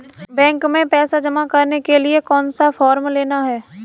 Bank में पैसा जमा करने के लिए कौन सा फॉर्म लेना है?